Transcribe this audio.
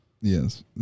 Yes